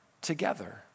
together